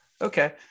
okay